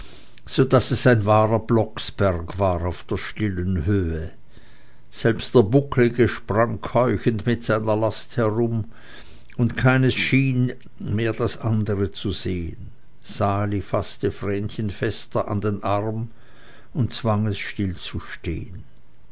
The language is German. so daß es ein wahrer blocksberg war auf der stillen höhe selbst der bucklige sprang keuchend mit seiner last herum und keines schien mehr das andere zu sehen sali faßte vrenchen fester in den arm und zwang es stillzustehen